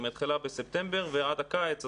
היא מתחילה בספטמבר ועד הקיץ,